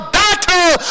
battle